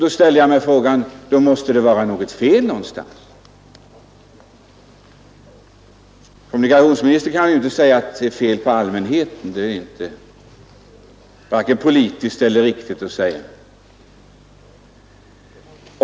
Då sade jag mig att det måste vara fel någonstans. Kommunikationsministern kan ju inte säga att det är fel på allmänheten — det är varken riktigt eller politiskt möjligt att säga.